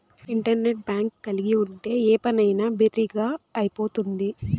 internet bank కలిగి ఉంటే ఏ పనైనా బిరిగ్గా అయిపోతుంది